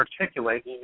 articulate